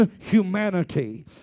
humanity